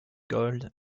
gold